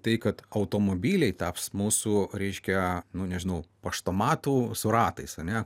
tai kad automobiliai taps mūsų reiškia nu nežinau paštomatu su ratais ane